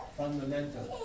fundamental